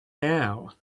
now